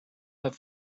let